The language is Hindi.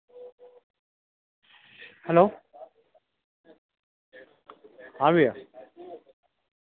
हलो हाँ भैया